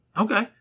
Okay